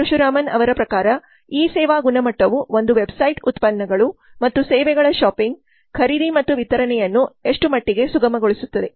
ಪರಶುರಾಮನ್ ಅವರ ಪ್ರಕಾರ ಇ ಸೇವಾ ಗುಣಮಟ್ಟವು ಒಂದು ವೆಬ್ಸೈಟ್ ಉತ್ಪನ್ನಗಳು ಮತ್ತು ಸೇವೆಗಳ ಶಾಪಿಂಗ್ ಖರೀದಿ ಮತ್ತು ವಿತರಣೆಯನ್ನು ಎಷ್ಟು ಮಟ್ಟಿಗೆ ಸುಗಮಗೊಳಿಸುತ್ತದೆ